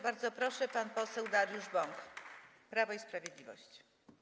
Bardzo proszę, pan poseł Dariusz Bąk, Prawo i Sprawiedliwość.